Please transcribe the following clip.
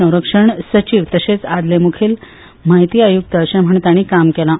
संरक्षण सचीव तशेंच आदले मुखेल म्हायती आयुक्त म्हणून तांणी काम केलां